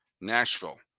Nashville